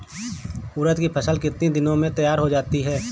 उड़द की फसल कितनी दिनों में तैयार हो जाती है?